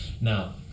Now